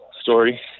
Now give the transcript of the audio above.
story